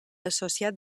associat